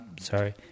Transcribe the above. sorry